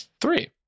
three